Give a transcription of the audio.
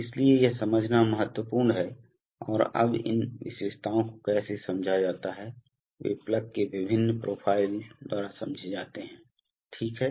इसलिए यह समझना महत्वपूर्ण है और अब इन विशेषताओं को कैसे समझा जाता है वे प्लग के विभिन्न प्रोफाइलों द्वारा समझे जाते हैं ठीक है